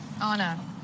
Anna